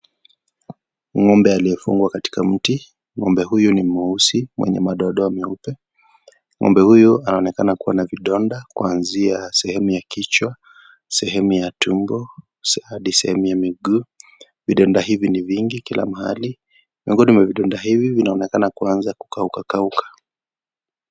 Ng'ombe aliyefungwa katika mti. Ng'ombe huyu ni mweusi mwenye madoadoa meupe. Ng'ombe huyu, anaonekana kuwa na vidonda kuanzia sehemu ya kichwa, sehemu ya tumbo hadi sehemu ya miguu. Vidonda hivi ni vingi, kila mahali. Miongoni mwa vidonda hivi, vinaonekana kuanza kukaukakauka.